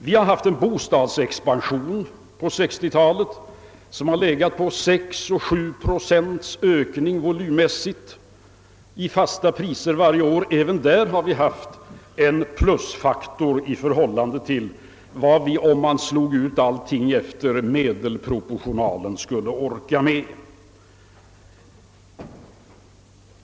Vi har under 1960-talet haft en bostadsexpansion som legat på mellan sex och sju procents ökning volymmässigt i fasta priser varje år. även på det området har vi haft en plusfaktor i förhållande till vad vi, om man slog ut allting efter medelproportionalen, skulle orka med.